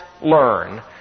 learn